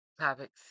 topics